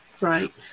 Right